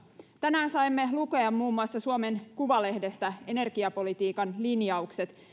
tänään saimme lukea muun muassa suomen kuvalehdestä energiapolitiikan linjaukset